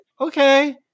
okay